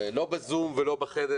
לא בזום ולא בחדר